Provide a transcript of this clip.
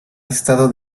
estado